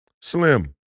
Slim